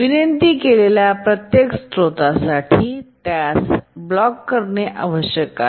विनंती केलेल्या प्रत्येक स्त्रोतासाठी त्यास ब्लॉक करणे शक्य आहे